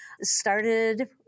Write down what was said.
Started